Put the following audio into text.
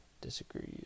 Disagree